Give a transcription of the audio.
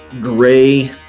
gray